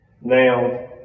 Now